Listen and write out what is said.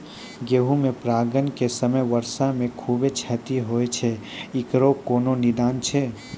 गेहूँ मे परागण के समय वर्षा से खुबे क्षति होय छैय इकरो कोनो निदान छै?